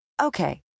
Okay